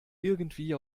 irgendwie